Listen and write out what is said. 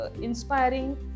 inspiring